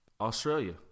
Australia